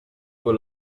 con